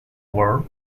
war